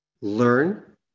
learn